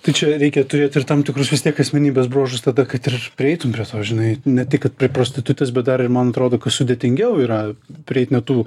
tai čia reikia turėt ir tam tikrus vis tiek asmenybės bruožus tada kad ir prieitum prie to žinai ne tik kad prie prostitutės bet dar ir man atrodo kad sudėtingiau yra prieit ne tų